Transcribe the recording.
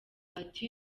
ati